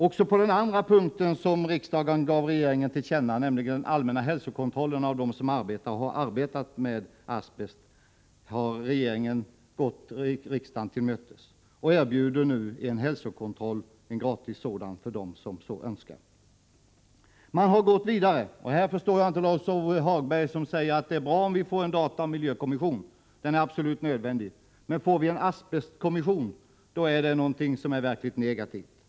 Också på den andra punkten, nämligen när det gäller allmän hälsokontroll för dem som arbetar och har arbetat med asbest, har regeringen gått riksdagen till mötes och erbjuder nu gratis hälsokontroll för dem som så önskar. Man har gått vidare, och jag förstår inte Lars-Ove Hagberg som säger att det är bra om vi får en dataoch miljökommission därför att den är absolut nödvändig, men en asbestkommission skulle vara något negativt.